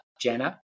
Jenna